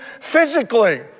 physically